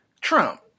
Trump